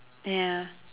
ya